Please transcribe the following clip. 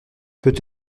peut